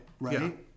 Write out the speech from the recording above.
right